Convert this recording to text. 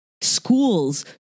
schools